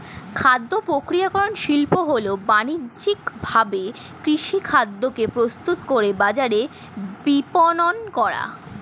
খাদ্যপ্রক্রিয়াকরণ শিল্প হল বানিজ্যিকভাবে কৃষিখাদ্যকে প্রস্তুত করে বাজারে বিপণন করা